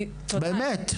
באמת.